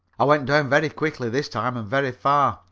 i went down very quickly this time and very far.